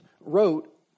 wrote